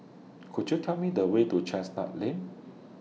Could YOU Tell Me The Way to Chestnut Lane